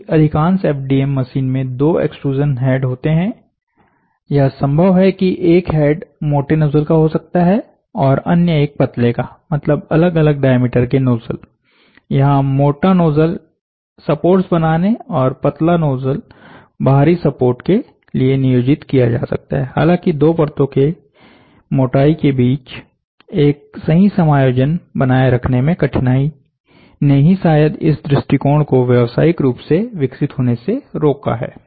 चूंकिअधिकांश FDM मशीनों में दो एक्सट्रूज़न हेड होते हैं यह संभव है कि एक हेड मोटे नोजल का हो सकता है और अन्य एक पतले का मतलब अलग अलग डायामीटर के नोजल यहां मोटा नोजल सपोर्ट्स बनाने और पतला नोजल बाहरी सपोर्ट के लिए नियोजित किया जा सकता है हालांकि दो परतो की मोटाई के बीच एक सही समायोजन बनाए रखने में कठिनाई ने ही शायद इस दृष्टिकोण को व्यवसायिक रूप से विकसित होने से रोका है